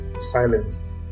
silence